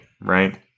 right